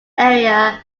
area